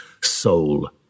soul